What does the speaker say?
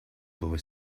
boy